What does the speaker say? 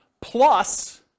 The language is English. plus